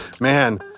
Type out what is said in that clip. man